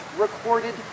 recorded